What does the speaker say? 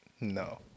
No